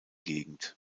gegend